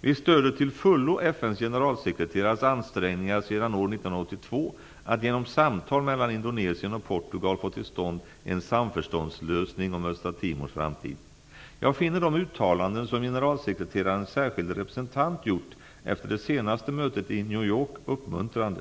Vi stöder till fullo FN:s generalsekreterares ansträngningar sedan år 1982 att genom samtal mellan Indonesien och Portugal få till stånd en samförståndslösning om Östra Timors framtid. Jag finner de uttalanden som generalsekreterarens särskilde representant gjort efter det senaste mötet i New York uppmuntrande.